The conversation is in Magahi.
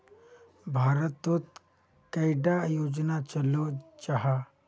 भारत तोत कैडा योजना चलो जाहा?